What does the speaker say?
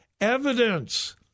evidence